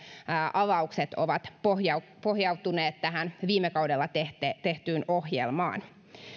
avaukset ovat pohjautuneet tähän viime kaudella tehtyyn ohjelmaan